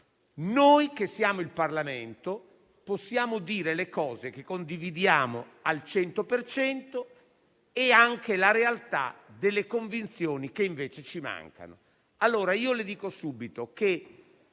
Noi, che siamo il Parlamento, possiamo dire le cose che condividiamo al cento per cento e anche la realtà delle convinzioni che invece ci mancano.